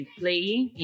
playing